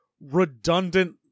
redundant